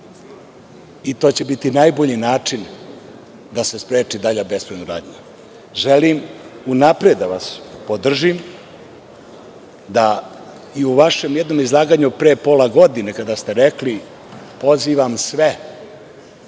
i to će biti najbolji način da se spreči dalja bespravna gradnja. Želim unapred da vas podržim da i u vašem jednom izlaganju pre posla godine kada ste rekli pozivam sve